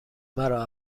مرا